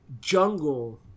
jungle